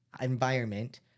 environment